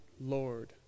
Lord